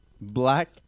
Black